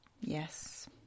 Yes